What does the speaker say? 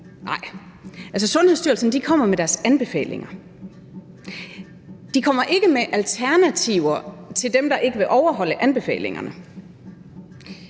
Sundhedsstyrelsen kommer med deres anbefalinger. De kommer ikke med alternativer til dem, der ikke vil overholde anbefalingerne.